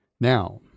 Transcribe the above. Now